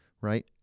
Right